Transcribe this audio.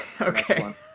Okay